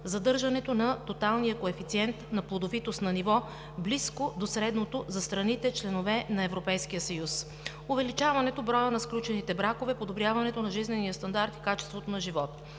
задържането на тоталния коефициент на плодовитост на ниво близко до средното за страните – членки на Европейския съюз; увеличаването на броя на сключените бракове; подобряването на жизнения стандарт и качеството на живот.